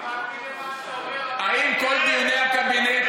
האם כל דיוני הקבינט,